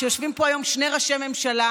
שיושבים פה היום שני ראשי ממשלה